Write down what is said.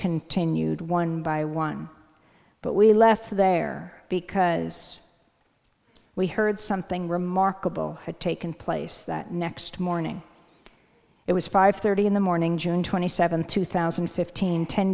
continued one by one but we left there because we heard something remarkable had taken place that next morning it was five thirty in the morning june twenty seventh two thousand and fifteen ten